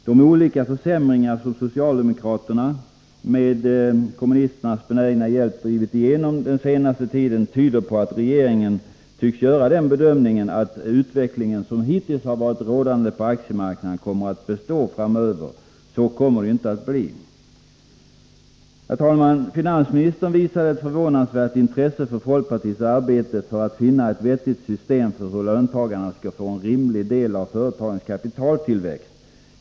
De olika försämringar som socialdemokraterna med kommunisternas benägna hjälp drivit igenom den senaste tiden tyder på att regeringen tycks göra den bedömningen, att den utveckling som hittills har varit rådande på aktiemarknaden kommer att bestå framöver. Så kommer det inte att bli. Herr talman! Finansministern visade ett förvånansvärt intresse för folkpartiets arbete att finna ett vettigt system för hur löntagarna skall få en rimlig del av företagens kapitaltillväxt.